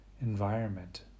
environment